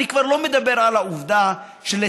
אני כבר לא מדבר על העובדה שלטעמי